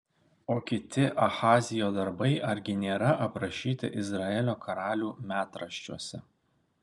o kiti ahazijo darbai argi nėra aprašyti izraelio karalių metraščiuose